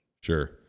Sure